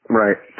right